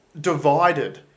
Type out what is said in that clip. divided